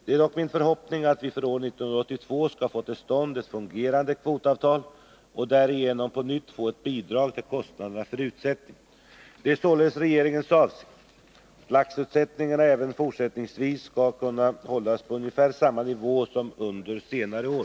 Det är dock min förhoppning att vi för år 1982 skall få till stånd ett fungerande kvotavtal och därigenom på nytt få ett bidrag till kostnaderna för utsättningen. Det är således regeringens avsikt att laxutsättningarna även fortsättningsvis skall kunna hållas på ungefär samma nivå som under senare år.